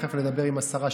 תכף נדבר עם השרה,